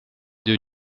deux